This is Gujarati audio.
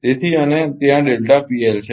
તેથી અને ત્યાં છે